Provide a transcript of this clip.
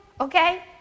Okay